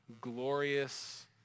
glorious